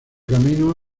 camino